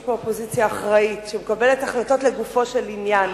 יש פה אופוזיציה אחראית שמקבלת החלטות לגופו של עניין.